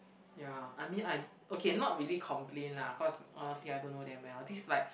ya I mean I okay not really complain lah cause honestly I don't know them well this like